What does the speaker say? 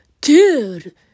Dude